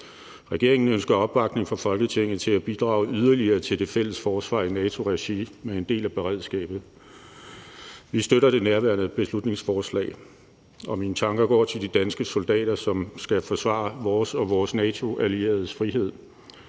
Regeringen ønsker opbakning fra Folketinget til at bidrage yderligere til det fælles forsvar i NATO-regi med en del af beredskabet. Vi støtter nærværende beslutningsforslag, og mine tanker går til de danske soldater, som skal forsvare vores og vores NATO-allieredes frihed.